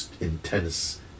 intense